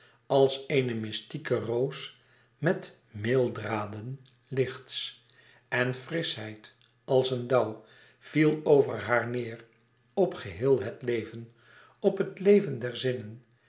als eene mystieke roos met meeldraden lichts en frischheid als een dauw viel over haar neêr op geheel het leven op het leven der zinnen